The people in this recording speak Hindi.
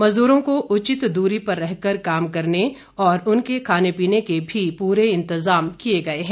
मजूदरों को उचित दूरी पर रहकर काम करने और उनके खाने पीने के भी पूरे इंतजाम किए गए हैं